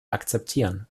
akzeptieren